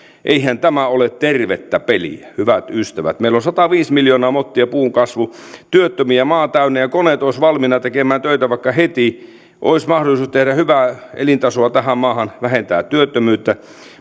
eihän tämä ole tervettä peliä hyvät ystävät meillä on sataviisi miljoonaa mottia puun kasvu työttömiä maa täynnä ja koneet olisivat valmiina tekemään töitä vaikka heti olisi mahdollisuus tehdä hyvää elintasoa tähän maahan vähentää työttömyyttä